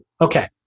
Okay